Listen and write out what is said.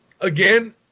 Again